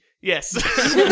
Yes